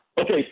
Okay